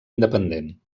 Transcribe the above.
independent